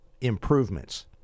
improvements